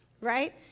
right